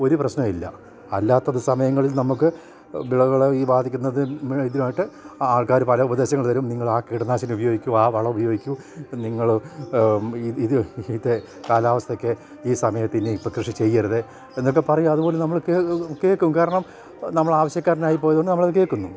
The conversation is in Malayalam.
ഒരു പ്രശ്നം ഇല്ല അല്ലാത്ത സമയങ്ങളിൽ നമുക്ക് വിളകളെ ഈ ബാധിക്കുന്നത് ഇതിനായിട്ട് ആൾക്കാർ പല ഉപദേശങ്ങൾ തരും നിങ്ങൾ ആ കിടനാശിനി ഉപയോഗിക്കും ആ വളം ഉപയോഗിക്കും നിങ്ങൾ ഇത് ഇത് കാലാവസ്ഥയ്ക്ക് ഈ സമയത്തിനെ ഇപ്പം കൃഷി ചെയ്യരുത് എന്നൊക്കെ പറയും അതുപോലെ നമ്മൾ കേൾക്കും കാരണം നമ്മൾ ആവശ്യക്കാരനായി പോയതുകൊണ്ട് നമ്മൾ അത് കേൾക്കുന്നു